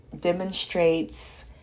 demonstrates